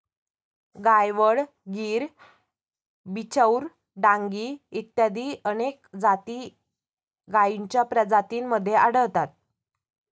गायवळ, गीर, बिचौर, डांगी इत्यादी अनेक जाती गायींच्या प्रजातींमध्ये आढळतात